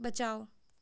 बचाओ